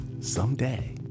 someday